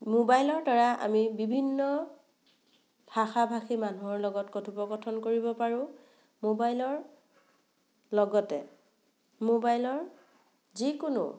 মোবাইলৰ দ্বাৰা আমি বিভিন্ন ভাষা ভাষী মানুহৰ লগত কথোপকথন কৰিব পাৰোঁ মোবাইলৰ লগতে মোবাইলৰ যিকোনো